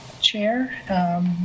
Chair